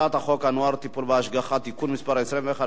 הצעת חוק הנוער (טיפול והשגחה) (תיקון מס' 21),